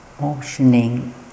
motioning